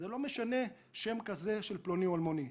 זה לא משנה שם כזה של פלוני או אלמוני.